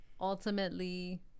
ultimately